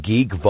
Geek